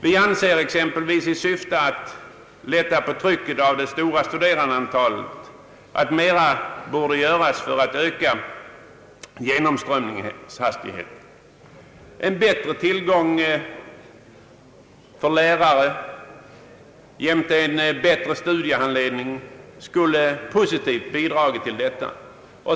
Vi anser exempelvis att mera borde göras för att öka genomströmningshastigheten i syfte att lätta på trycket av det stora studerandeantalet. Bättre tillgång på lärare och bättre studiehand ledning skulle positivt bidra till detta.